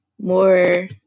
more